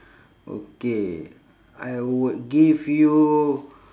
okay I would give you